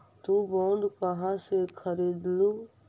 तु बॉन्ड कहा से खरीदलू?